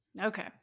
Okay